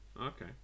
okay